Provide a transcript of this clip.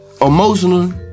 emotionally